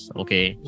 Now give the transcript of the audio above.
okay